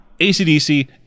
ACDC